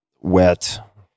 wet